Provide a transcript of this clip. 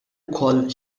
wkoll